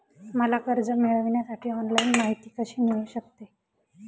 मला कर्ज मिळविण्यासाठी ऑनलाइन माहिती कशी मिळू शकते?